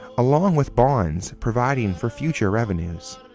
along with bonds providing for future revenue.